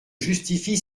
justifie